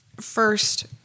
first